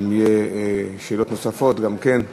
ואם יהיו שאלות נוספות, גם כן.